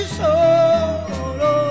solo